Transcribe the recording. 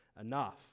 enough